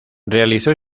realizó